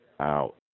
Out